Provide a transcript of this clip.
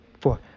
four